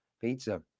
Pizza